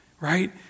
right